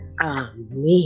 Amen